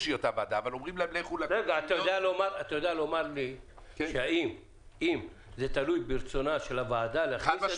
אתה יודע לומר לי אם זה תלוי ברצונה של הוועדה להכניס?